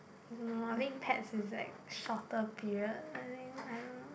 no I think pets is like shorter period I think I don't know